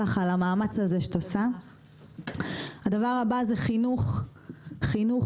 הדבר הבא זה חינוך לכל רבדי האוכלוסייה מילדים.